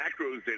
macros